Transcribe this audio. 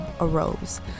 arose